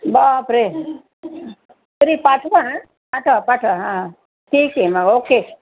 बापरे तरी पाठवा पाठवा पाठवा हां ठीक आहे मग ओके